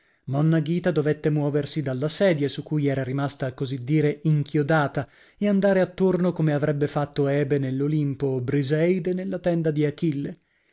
santo monna ghita dovette muoversi dalla sedia su cui era rimasta a così dire inchiodata e andare attorno come avrebbe fatto ebe nell'olimpo o briseide nella tenda di achille